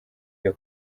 iyo